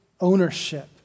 ownership